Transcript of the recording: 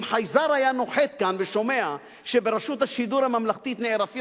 אם חייזר היה נוחת כאן ושומע שברשות השידור הממלכתית נערפים